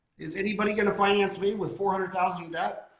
is anybody gonna finance me with four hundred thousand in debt?